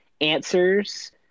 answers